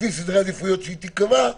לפי סדרי עדיפויות שהיא תיקבע,